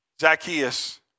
Zacchaeus